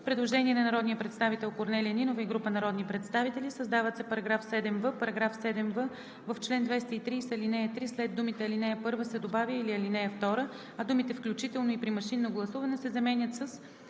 Предложение на народния представител Корнелия Нинова и група народни представители: „Създава се § 7в: „§ 7в. В чл. 230, ал 3 след думите „ал. 1“ се добавя „или ал. 2“, а думите „включително и при машинно гласуване“ се заменят с